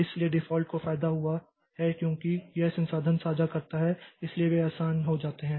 इसलिए डिफ़ॉल्ट को फायदा हुआ है क्योंकि यह संसाधन साझा करता है और इसलिए वे आसान हो जाते हैं